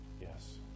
Yes